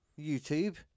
YouTube